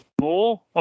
more